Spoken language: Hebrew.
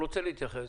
הוא רוצה להתייחס.